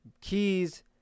Keys